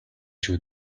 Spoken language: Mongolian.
шүү